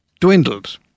dwindled